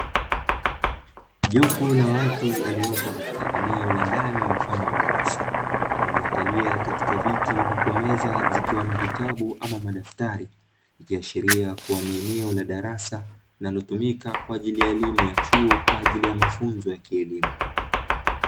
Jopo la watu waliopo ndani ya eneo la ndani kama darasa, waliokalia katika viti huku meza zikiwa na vitabu na madaftari ikiashiria ni eneo la darasa, linalotumika kwajili ya chuo kwa mafunzo ya kielimu.